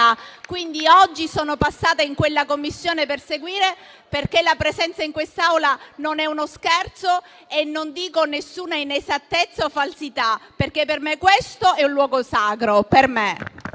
in 6a. Oggi sono passata in quella Commissione per seguire. La presenza in quest'Aula non è uno scherzo e non dico inesattezze o falsità. Per me questo è un luogo sacro. Per me.